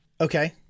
Okay